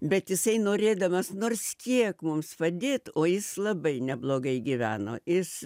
bet jisai norėdamas nors kiek mums padėt o jis labai neblogai gyveno jis